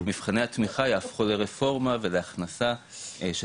מבחני התמיכה יהפכו לרפורמה ולהכנסה של